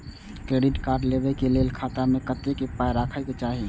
Credit card लेबै के लेल खाता मे कतेक पाय राखै के चाही?